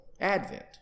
Advent